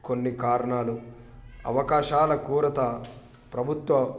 కొన్ని కారణాలు అవకాశాల కొరత ప్రభుత్వ